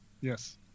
Yes